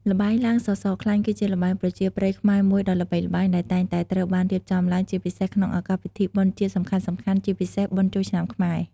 ល្បែងឡើងសសរខ្លាញ់ គឺជាល្បែងប្រជាប្រិយខ្មែរមួយដ៏ល្បីល្បាញ ដែលតែងតែត្រូវបានរៀបចំឡើងជាពិសេសក្នុងឱកាសពិធីបុណ្យជាតិសំខាន់ៗជាពិសេសបុណ្យចូលឆ្នាំខ្មែរ។